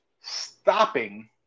stopping